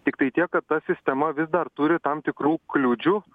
tiktai tiek kad ta sistema vis dar turi tam tikrų kliūdžių